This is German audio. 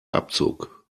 abzug